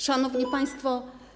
Szanowni Państwo!